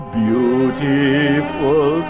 beautiful